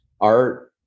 art